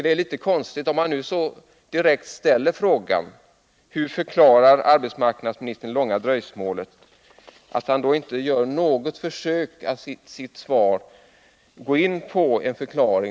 Det är litet konstigt att arbetsmarknadsministern, när man så direkt ställer frågan, inte gör något försök att lämna en förklaring.